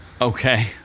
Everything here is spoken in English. Okay